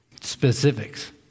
specifics